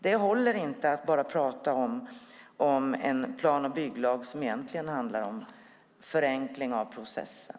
Det håller inte att bara prata om en plan och bygglag som egentligen handlar om en förenkling av processen.